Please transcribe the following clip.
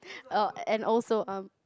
oh and also um